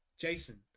Jason